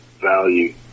value